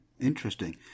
Interesting